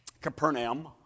Capernaum